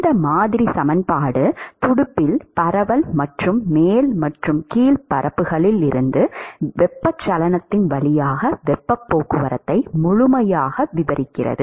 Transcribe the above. இந்த மாதிரி சமன்பாடு துடுப்பில் பரவல் மற்றும் மேல் மற்றும் கீழ் பரப்புகளில் இருந்து வெப்பச்சலனத்தின் வழியாக வெப்பப் போக்குவரத்தை முழுமையாக விவரிக்கிறது